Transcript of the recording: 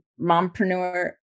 mompreneur